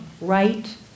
right